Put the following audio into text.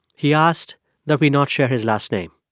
he asked that we not share his last name